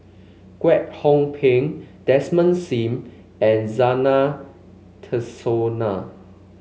Kwek Hong Png Desmond Sim and Zena Tessensohn